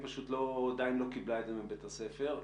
פשוט עדיין לא קיבלה את זה מבית הספר,